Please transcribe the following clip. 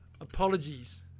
Apologies